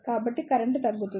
కాబట్టి కరెంట్ తగ్గుతుంది